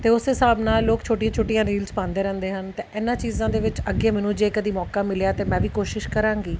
ਅਤੇ ਉਸ ਹਿਸਾਬ ਨਾਲ ਲੋਕ ਛੋਟੀਆ ਛੋਟੀਆਂ ਰੀਲਸ ਪਾਉਂਦੇ ਰਹਿੰਦੇ ਹਨ ਅਤੇ ਇਹਨਾਂ ਚੀਜ਼ਾਂ ਦੇ ਵਿੱਚ ਅੱਗੇ ਮੈਨੂੰ ਜੇ ਕਦੀ ਮੌਕਾ ਮਿਲਿਆ ਤਾਂ ਮੈਂ ਵੀ ਕੋਸ਼ਿਸ਼ ਕਰਾਂਗੀ